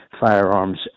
firearms